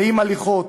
נעים הליכות,